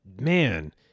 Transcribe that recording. man